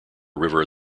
river